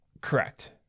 correct